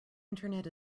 internet